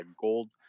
gold